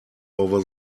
over